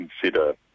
consider